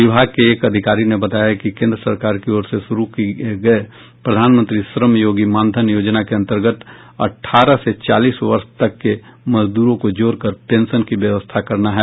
विभाग के एक अधिकारी ने बताया कि केंद्र सरकार की ओर से शुरू किये गये प्रधानमंत्री श्रमयोगी मानधन योजना के अंतर्गत अठाहर से चालीस वर्ष तक के मजदूरों को जोड़कर पेंशन की व्यवस्था करना है